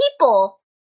people